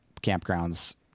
campgrounds